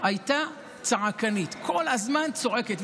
הייתה צעקנית, כל הזמן צועקת.